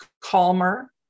calmer